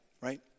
right